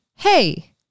Hey